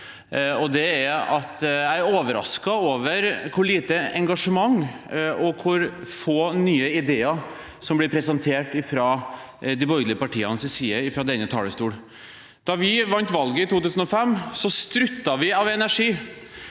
jeg er overrasket over hvor lite engasjement og hvor få nye ideer som blir presentert fra de borgerlige partienes side fra denne talerstol. Da vi vant valget i 2005, struttet vi av energi.